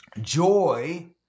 Joy